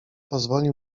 pozwoli